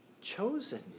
chosen